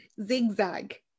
Zigzag